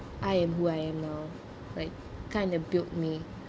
I am who I am now like kind of built me